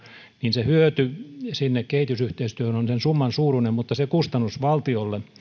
niin hyöty sinne kehitysyhteistyöhön on sen summan suuruinen mutta kustannus valtiolle